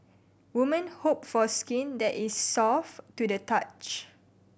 women hope for skin that is soft to the touch